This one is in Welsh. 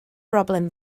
broblem